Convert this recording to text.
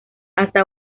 hasta